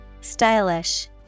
Stylish